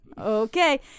Okay